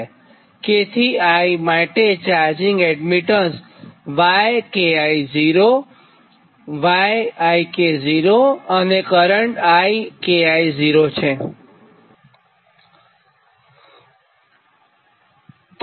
k થી i માટે charging admittance yki0 yik0 અને કરંટ Iki0છે